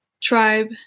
tribe